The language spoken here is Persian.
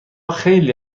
خیلی